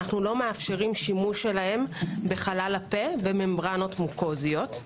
אנו לא מאפשרים שימוש שלהם בחלל הפה בממרנות מוקזיות.